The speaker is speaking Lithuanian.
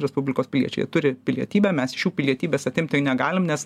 respublikos piliečiai turi pilietybę mes iš jų pilietybės atimti negalim nes